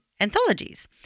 anthologies